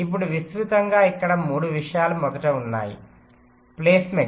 ఇప్పుడు విస్తృతంగా ఇక్కడ 3 విషయాలు మొదట ఉన్నాయి ప్లేస్మెంట్